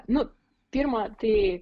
nu pirmą tai